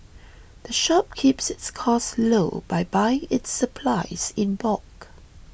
the shop keeps its costs low by buying its supplies in bulk